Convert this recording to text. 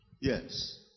Yes